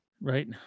Right